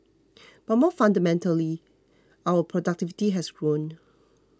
but more fundamentally our productivity has grown